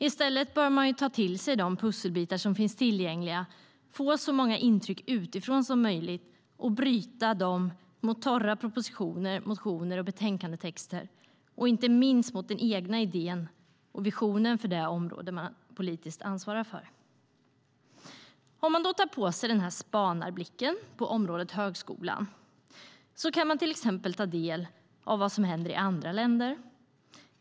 I stället bör man ta till sig de pusselbitar som finns tillgängliga, få så många intryck utifrån som möjligt och jämföra dem med torra propositioner, motioner och betänkandetexter och inte minst med den egna idén och visionen på det område man politiskt ansvarar för. Om man då tar på sig den här spanarblicken på området högskolan kan man till exempel ta del av det som händer i andra länder.